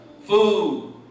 food